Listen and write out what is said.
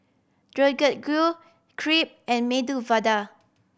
Deodeok Gui Crepe and Medu Vada